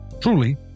truly